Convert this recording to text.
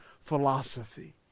philosophy